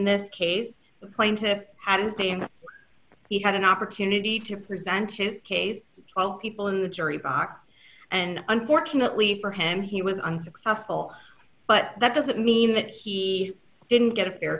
this case the claim to have his day and he had an opportunity to present his case twelve people in the jury box and unfortunately for him he was unsuccessful but that doesn't mean that he didn't get a fair